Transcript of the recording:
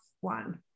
one